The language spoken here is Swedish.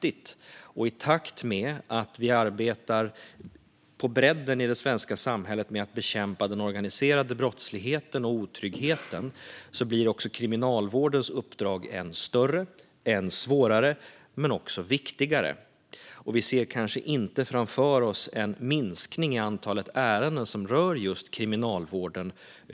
I takt med att vi arbetar på bredden i det svenska samhället med att bekämpa den organiserade brottsligheten och otryggheten blir också kriminalvårdens uppdrag än större, än svårare men också viktigare. Vi ser kanske inte framför oss en minskning över tid i antalet ärenden som rör just kriminalvården.